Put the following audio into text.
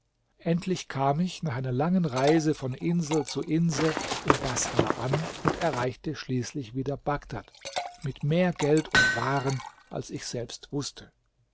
endlich kam ich nach einer lange reise von insel zu insel in baßrah an und erreichte schließlich wieder bagdad mit mehr geld und waren als ich selbst wußte